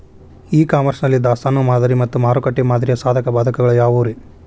E commerce ನಲ್ಲಿ ದಾಸ್ತಾನು ಮಾದರಿ ಮತ್ತ ಮಾರುಕಟ್ಟೆ ಮಾದರಿಯ ಸಾಧಕ ಬಾಧಕಗಳ ಯಾವವುರೇ?